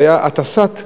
זה היה הטסת פגים,